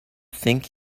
think